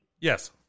Yes